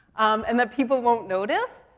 and that people won't notice.